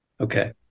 Okay